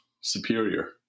superior